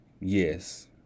yes